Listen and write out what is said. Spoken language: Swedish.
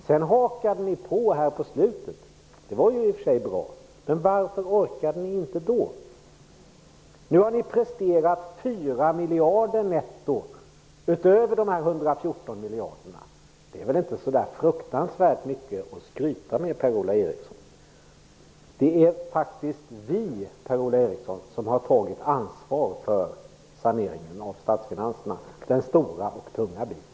Sedan hakade ni på här på slutet, vilket i och för sig var bra, men varför orkade ni inte då? Nu har ni presterat 4 miljarder netto utöver de 114 miljarderna. Det är väl inte så fruktansvärt mycket att skryta med, Per-Ola Eriksson. Det är faktiskt vi som har tagit ansvar för saneringen av statsfinanserna, den stora och tunga biten.